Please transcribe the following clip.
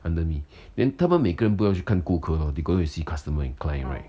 under me then 他们每个不要去看顾客 lor they got to see customer and client right